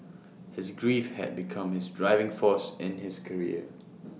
his grief had become his driving force in his career